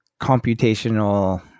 computational